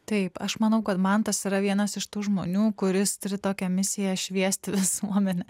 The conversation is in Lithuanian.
taip aš manau kad mantas yra vienas iš tų žmonių kuris turi tokią misiją šviesti visuomenę